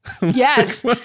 Yes